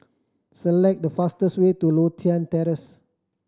select the fastest way to Lothian Terrace